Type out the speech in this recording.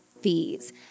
fees